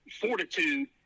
fortitude